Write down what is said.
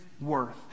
worth